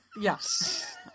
yes